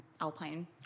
Alpine